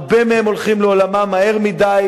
הרבה מהם הולכים לעולמם מהר מדי,